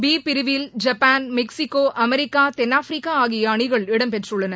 B பிரிவில் Japan Mexico America தென்னாப்பிரிக்கா ஆகிய அணிகள் இம் பெற்றுள்ளன